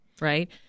right